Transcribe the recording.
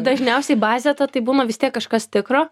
dažniausiai bazė ta tai buna vis tiek kažkas tikro